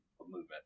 movement